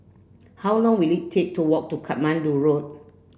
how long will it take to walk to Katmandu Road